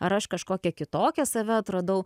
ar aš kažkokią kitokią save atradau